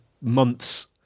months